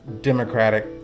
democratic